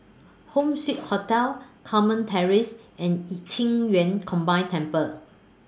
Home Suite Hotel Carmen Terrace and Qing Yun Combined Temple